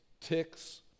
ticks